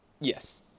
Yes